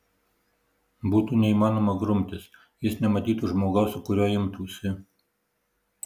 būtų neįmanoma grumtis jis nematytų žmogaus su kuriuo imtųsi